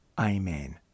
Amen